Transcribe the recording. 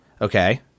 Okay